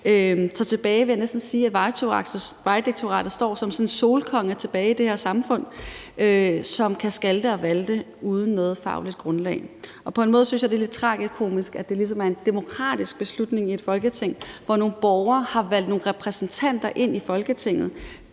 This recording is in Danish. Så jeg vil næsten sige, at Vejdirektoratet står tilbage som sådan en solkonge i det her samfund, som kan skalte og valte uden noget fagligt grundlag. På en måde synes jeg, det er lidt tragikomisk, at det ligesom er en demokratisk beslutning i et Folketing, hvor nogle borgere har valgt nogle repræsentanter i god tro